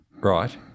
Right